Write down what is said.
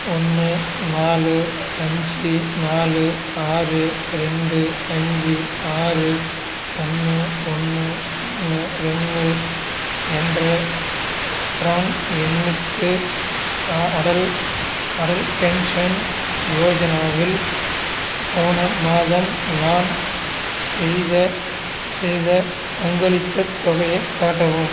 ஒன்று நாலு அஞ்சு நாலு ஆறு ரெண்டு அஞ்சு ஆறு ஒன்று ஒன்று ஒன்று ரெண்டு என்ற ப்ரான் எண்ணுக்கு அ அடல் அடல் பென்ஷன் யோஜனாவில் போன மாதம் நான் செய்த செய்த பங்களித்த தொகையைக் காட்டவும்